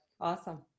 awesome